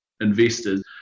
investors